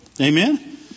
Amen